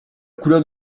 couleur